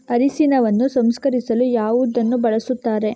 ಅರಿಶಿನವನ್ನು ಸಂಸ್ಕರಿಸಲು ಯಾವುದನ್ನು ಬಳಸುತ್ತಾರೆ?